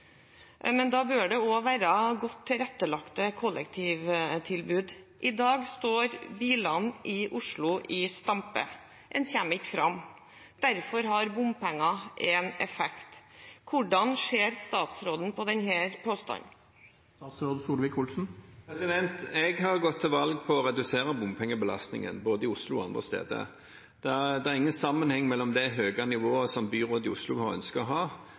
Men da bør det også være godt tilrettelagte kollektivtilbud. I dag står bilene i Oslo i stampe – en kommer ikke fram. Derfor har bompenger en effekt. Hvordan ser statsråden på denne påstanden? Jeg har gått til valg på å redusere bompengebelastningen både i Oslo og andre steder. Det er ingen sammenheng mellom det høye nivået som byrådet i Oslo nå ønsker å ha,